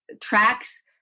tracks